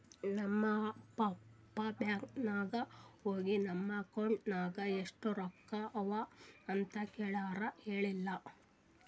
ನಮ್ ಪಪ್ಪಾ ಬ್ಯಾಂಕ್ ನಾಗ್ ಹೋಗಿ ನನ್ ಅಕೌಂಟ್ ನಾಗ್ ಎಷ್ಟ ರೊಕ್ಕಾ ಅವಾ ಅಂತ್ ಕೇಳುರ್ ಹೇಳಿಲ್ಲ